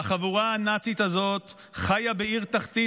והחבורה הנאצית הזאת חיה בעיר תחתית,